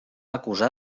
acusar